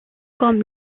comme